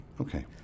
Okay